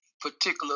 particular